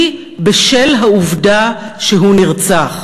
היא בשל העובדה שהוא נרצח.